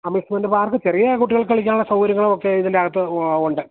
amusement park ചെറിയ കുട്ടികൾക്കു കളിക്കാനുള്ള സൗകര്യങ്ങളും ഒക്കെ ഇതിനകത്ത് ഉണ്ട്